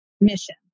mission